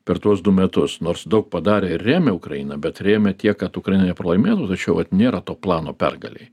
per tuos du metus nors daug padarė ir rėmė ukrainą bet rėmė tiek kad ukraina nepralaimėtų tai čia vat nėra to plano pergalei